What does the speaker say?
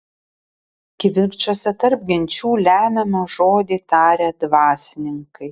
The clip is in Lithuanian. kivirčuose tarp genčių lemiamą žodį taria dvasininkai